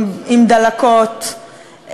עם דלקות,